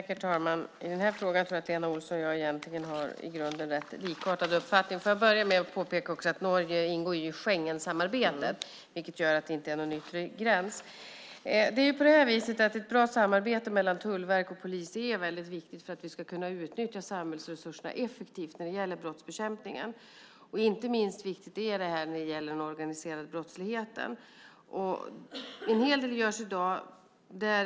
Herr talman! I den här frågan tror jag att Lena Olsson och jag har i grunden rätt likartade uppfattningar. Jag vill börja med att påpeka att Norge ingår i Schengensamarbetet, vilket gör att det inte är någon yttre gräns. Ett bra samarbete mellan tullverk och polis är väldigt viktigt för att vi ska kunna utnyttja samhällsresurserna effektivt för brottsbekämpningen. Inte minst viktigt är det när det gäller den organiserade brottsligheten. En hel del görs i dag.